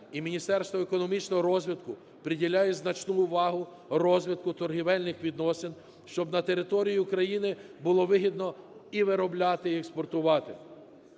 і Міністерство економічного розвитку приділяють значну увагу розвитку торгівельних відносин, щоб на території України було вигідно і виробляти і експортувати.